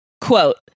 Quote